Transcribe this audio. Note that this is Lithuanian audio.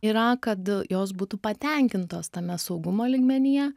yra kad jos būtų patenkintos tame saugumo lygmenyje